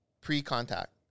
pre-contact